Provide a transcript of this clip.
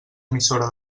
emissora